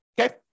Okay